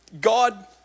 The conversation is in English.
God